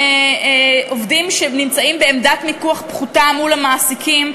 עובדים שנמצאים בעמדת מיקוח פחותה מול המעסיקים,